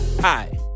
Hi